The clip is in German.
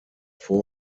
vor